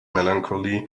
melancholy